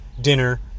dinner